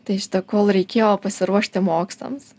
tai šita kol reikėjo pasiruošti mokslams